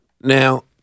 Now